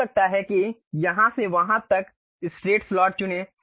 हो सकता है कि यहाँ से वहाँ तक एक स्ट्रेट स्लॉट चुनें